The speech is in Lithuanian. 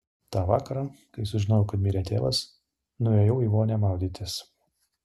tą vakarą kai sužinojau kad mirė tėvas nuėjau į vonią maudytis